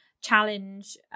challenge